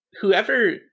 whoever